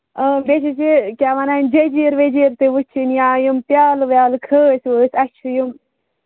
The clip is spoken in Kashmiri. آ بیٚیہِ چھِس یہِ کیٛاہ وَنان جیجیٖر ویجیٖر تہِ وُچھِنۍ یا یِم پِیالہٕ ویٛالہٕ کھٲسۍ وٲسۍ اَسہِ چھُ یِم